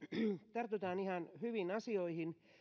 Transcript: tartutaan ihan hyviin asioihin